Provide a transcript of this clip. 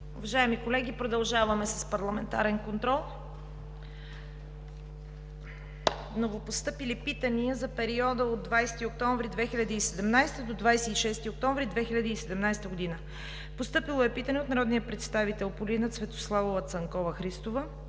Уважаеми колеги, продължаваме с: ПАРЛАМЕНТАРЕН КОНТРОЛ. Новопостъпили питания за периода от 20 октомври 2017 г. до 26 октомври 2017 г. Постъпило е питане от народния представител Полина Цветославова Цанкова-Христова